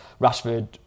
Rashford